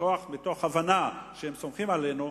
מתוך הבנה שהם סומכים עלינו,